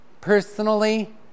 personally